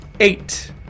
Eight